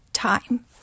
time